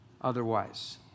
otherwise